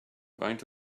faint